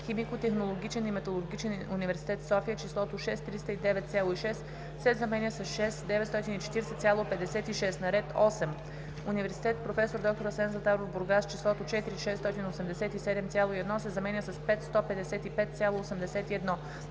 Химико-технологичен и металургичен университет – София, числото „6 309,6“ се заменя с „6 940,56“. - на ред 8. Университет „Проф. д-р Асен Златаров“ – Бургас, числото „4 687,1“ се заменя с „5 155,81“.